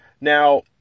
Now